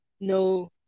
No